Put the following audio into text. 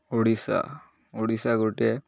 ଓଡ଼ିଶା ଓଡ଼ିଶା ଗୋଟିଏ